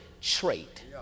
trait